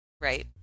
right